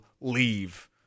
leave